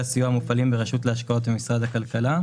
הסיוע המופעלים ברשות להשקעות במשרד הכלכלה,